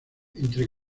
entre